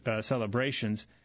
celebrations